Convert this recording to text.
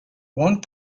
one